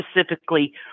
specifically